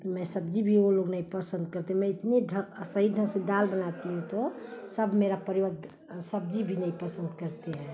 तो मैं सब्ज़ी भी वे लोग नहीं पसन्द करते मैं इतने सही ढंग से दाल बनाती हूँ तो सब मेरा परिवार सब्ज़ी भी नहीं पसन्द करते हैं